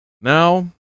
now